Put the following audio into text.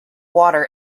water